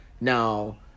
now